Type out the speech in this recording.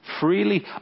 freely